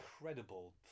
incredible